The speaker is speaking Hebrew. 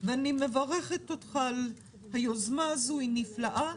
אני מברכת אותך על היוזמה הזאת, היא נפלאה,